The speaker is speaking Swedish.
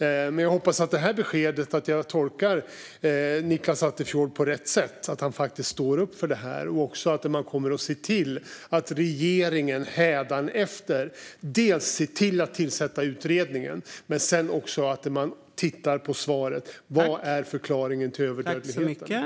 Men jag hoppas att jag tolkar Nicklas Attefjord på rätt sätt, att han faktiskt står upp för detta och att regeringen ser till att tillsätta utredningen och sedan tittar på svaret: Vad är förklaringen till överdödligheten?